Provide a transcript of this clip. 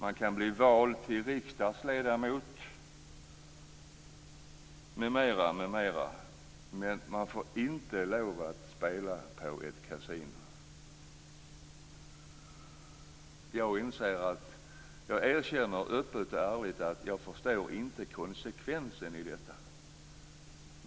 Man kan bli vald till riksdagsledamot m.m., men man får inte spela på ett kasino. Jag erkänner öppet och ärligt att jag inte förstår konsekvensen i detta.